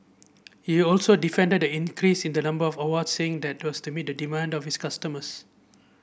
he also defended the increase in the number of awards saying that was to meet the demand of his customers